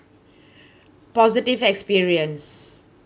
positive experience